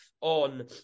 on